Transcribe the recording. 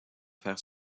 faire